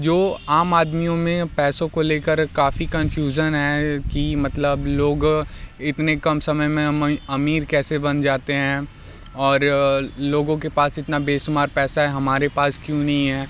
जो आम आदमियों में पैसों को ले कर काफ़ी कंफ्यूजन है कि मतलब लोग इतने कम समय में अमीर कैसे बन जाते हैं और लोगों के पास इतना बेशुमार पैसा है हमारे पास क्यों नहीं है